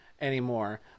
anymore